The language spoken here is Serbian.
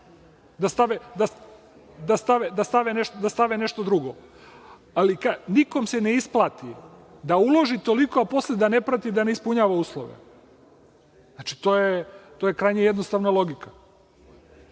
da stave nešto drugo. Nikome se ne isplati da uloži toliko, a posle da ne prati i da ne ispunjava uslove. Znači, to je krajnje jednostavna logika.